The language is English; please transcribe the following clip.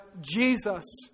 Jesus